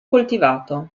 coltivato